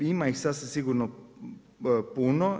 Ima ih, sasvim sigurno puno.